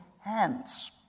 hands